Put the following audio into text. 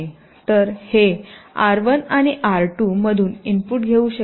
तर हे आर1 आणि आर 2 मधून इनपुट घेऊ शकेल